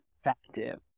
effective